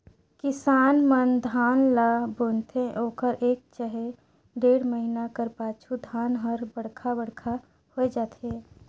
किसान मन धान ल बुनथे ओकर एक चहे डेढ़ महिना कर पाछू धान हर बड़खा बड़खा होए जाथे